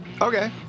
Okay